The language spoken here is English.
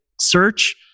search